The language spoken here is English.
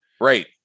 Right